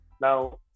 now